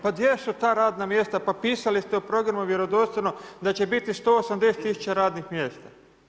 Pa gdje su ta radna mjesta? pa pisali ste u programu vjerodostojno da će biti 180000 radnih mjesta.